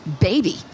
baby